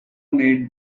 made